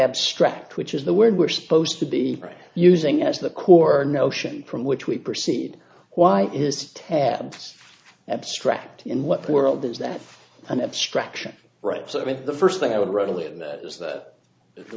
abstract which is the word we're supposed to be using as the coo or notion from which we proceed why is tab abstract in what world is that an abstraction right so i mean the first thing i would readily admit is that